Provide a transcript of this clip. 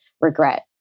regret